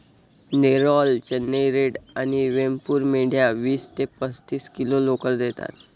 Nellore, Chennai red आणि वेमपूर मेंढ्या वीस ते पस्तीस किलो लोकर देतात